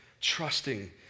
trusting